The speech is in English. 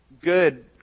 good